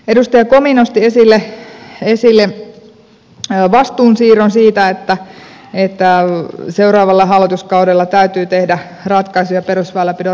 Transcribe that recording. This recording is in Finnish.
edustaja komi nosti esille vastuunsiirron siitä että seuraavalla hallituskaudella täytyy tehdä ratkaisuja perusväylänpidon rahoituksen suhteen